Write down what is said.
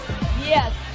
Yes